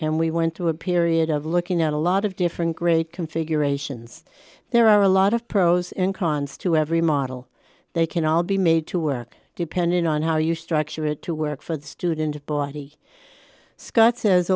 and we went through a period of looking at a lot of different great configurations there are a lot of pros and cons to every model they can all be made to work depending on how you structure it to work for the student body scott says